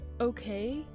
okay